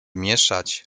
mieszać